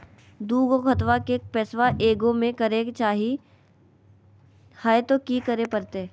दू गो खतवा के पैसवा ए गो मे करे चाही हय तो कि करे परते?